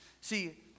See